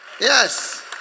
Yes